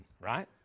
right